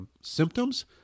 symptoms